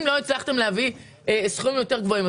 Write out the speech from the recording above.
אם לא הצלחתם להביא סכומים יותר גבוהים,